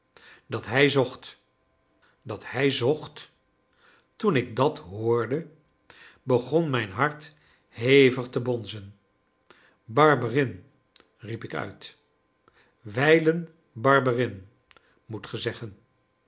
dat hij zocht dat hij zocht toen ik dat hoorde begon mijn hart hevig te bonzen barberin riep ik uit wijlen barberin moet ge zeggen